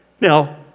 Now